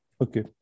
Okay